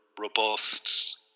robust